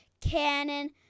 cannon